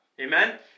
Amen